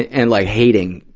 and like hating,